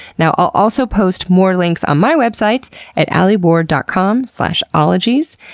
now, i'll also post more links on my website at alieward dot com slash ologies.